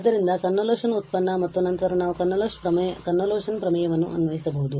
ಆದ್ದರಿಂದ ಕನ್ವೊಲ್ಯೂಶನ್ ಉತ್ಪನ್ನ ಮತ್ತು ನಂತರ ನಾವು ಕನ್ವೋಲ್ಯೂಷನ್ ಪ್ರಮೇಯವನ್ನು ಅನ್ವಯಿಸಬಹುದು